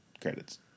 Credits